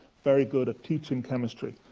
very good at teaching chemistry.